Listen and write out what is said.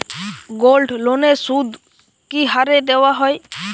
গোল্ডলোনের সুদ কি হারে দেওয়া হয়?